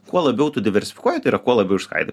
kuo labiau tu diversifikuoji tai yra kuo labiau išskaidai